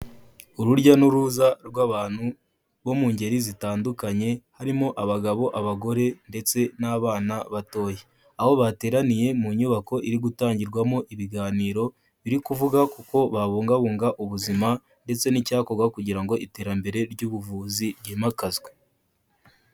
Ururya n'uruza rw'abantu bo mu ngeri zitandukanye, harimo abagabo, abagore ndetse n'abana batoya, aho bateraniye mu nyubako iri gutangirwamo ibiganiro biri kuvuga kuko babungabunga ubuzima ndetse n'icyakorwa kugira ngo iterambere ry'ubuvuzi ryimakazwe.